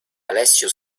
alessio